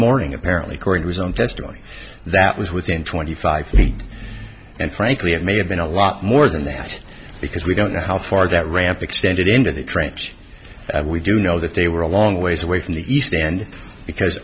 morning apparently according to his own testimony that was within twenty five feet and frankly it may have been a lot more than that because we don't know how far that ramp extended into the trench we do know that they were a long ways away from the east end because